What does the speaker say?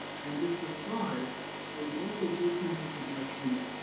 and district five is also fourteen percent latino,